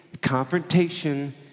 confrontation